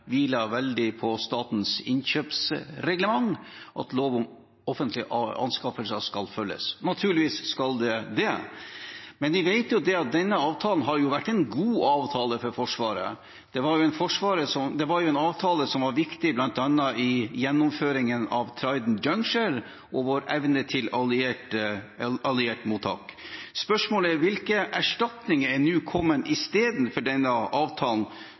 veldig på statens innkjøpsreglement, at lov om offentlige anskaffelser skal følges. Naturligvis skal det det, men vi vet jo at denne avtalen har vært en god avtale for Forsvaret. Det var en avtale som var viktig bl.a. i gjennomføringen av Trident Juncture og vår evne til alliert mottak. Spørsmålet er: Hvilke erstatninger er nå kommet istedenfor denne avtalen,